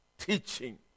Teaching